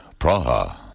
Praha